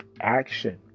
action